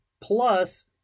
Plus